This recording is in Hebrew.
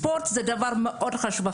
ספורט הוא דבר מאוד חשוב.